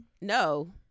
No